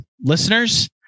listeners